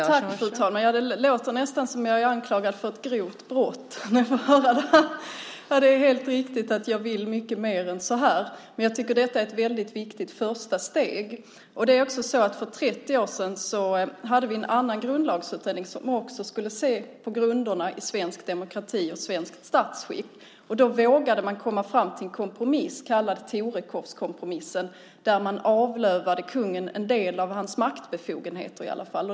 Fru talman! Det låter nästan som om jag är anklagad för ett grovt brott när jag får höra det här. Det är helt riktigt att jag vill mycket mer än så här, men jag tycker att detta är ett väldigt viktigt första steg. För 30 år sedan hade vi en annan grundlagsutredning som också skulle se på grunderna i svensk demokrati och svenskt statsskick. Då vågade man komma fram till en kompromiss kallad Torekovskompromissen, där man avlövade kungen en del av hans maktbefogenheter i alla fall.